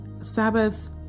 Sabbath